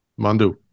mandu